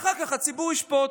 ואחר כך הציבור ישפוט.